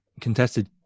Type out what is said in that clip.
contested